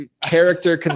character